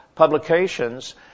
Publications